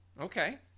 Okay